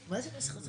מקפידים,